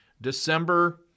December –